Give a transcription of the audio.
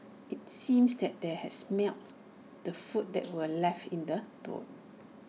IT seemed that they had smelt the food that were left in the boot